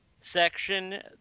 section